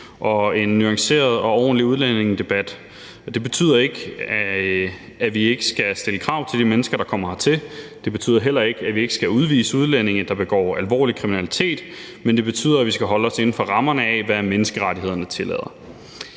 og en nuanceret og ordentlig udlændingedebat. Det betyder ikke, at vi ikke skal stille krav til de mennesker, der kommer hertil, og det betyder heller ikke, at vi ikke skal udvise udlændinge, der begår alvorlig kriminalitet, men det betyder, at vi skal holde os inden for rammerne af, hvad menneskerettighederne tillader.